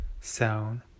sound